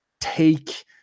take